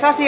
asia